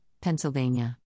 Pennsylvania